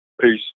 Peace